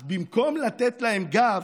אך במקום לתת להם גב,